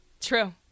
True